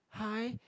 hi